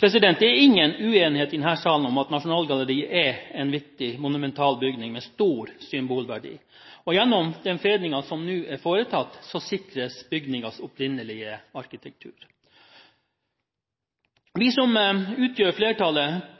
Det er ingen uenighet i denne salen om at Nasjonalgalleriet er en viktig monumentalbygning med stor symbolverdi. Gjennom den fredningen som nå er foretatt, sikres bygningens opprinnelige arkitektur. Vi som utgjør flertallet,